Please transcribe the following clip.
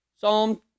Psalm